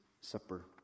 Supper